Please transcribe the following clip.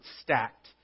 Stacked